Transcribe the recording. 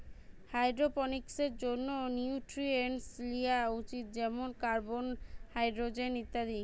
হাইড্রোপনিক্সের জন্যে নিউট্রিয়েন্টস লিয়া উচিত যেমন কার্বন, হাইড্রোজেন ইত্যাদি